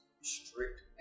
strict